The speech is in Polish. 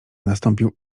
nastąpił